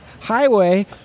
Highway